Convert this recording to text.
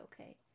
okay